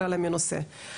ערן, בבקשה.